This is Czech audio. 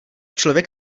člověk